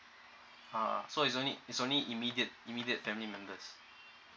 ah so it's only it's only immediate immediate family members